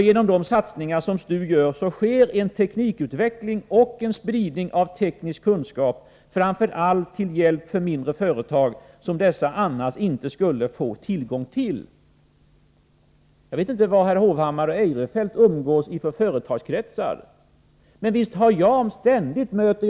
Genom de satsningar som STU gör sker en teknikutveckling och en spridning av teknisk kunskap — framför allt till hjälp för mindre företag, som annars inte skulle få tillgång till detta. Jag vet inte i vilka företagskretsar herr Hovhammar och herr Eirefelt umgås.